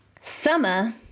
Summer